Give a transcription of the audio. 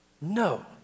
no